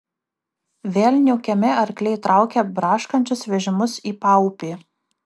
vėl niūkiami arkliai traukė braškančius vežimus į paupį